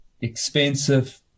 expensive